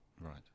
Right